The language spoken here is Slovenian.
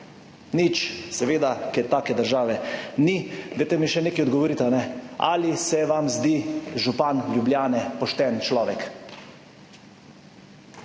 Nič, seveda, ker take države ni. Dajte mi še nekaj odgovoriti, ali se vam zdi župan Ljubljane pošten človek?